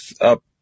up